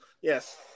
Yes